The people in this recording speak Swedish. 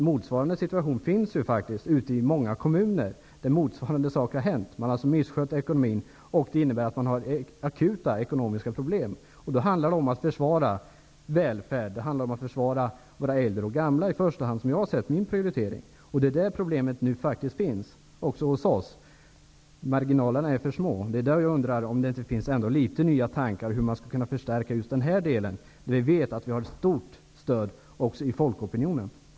Motsvarande situation finns ute i många kommuner. Ekonomin har misskötts. Det innebär att man har akuta ekonomiska problem. Då handlar det om att försvara välfärden, om att försvara våra äldre i första hand. Sådan är min prioritering. På detta område finns problem nu, också hos oss. Marginalerna är för små. Jag undrar om det inte finns litet nya tankar om hur man skulle kunna förstärka just denna del. Vi vet att vi har stort stöd också i folkopinionen för det.